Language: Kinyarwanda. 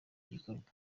gikorwa